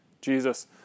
Jesus